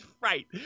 right